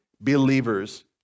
believers